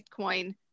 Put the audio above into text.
Bitcoin